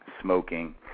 smoking